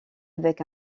avec